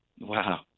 Wow